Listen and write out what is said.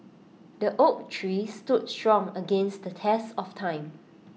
the oak tree stood strong against the test of time